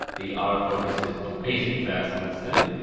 the auto focus is blazing fast on this thing.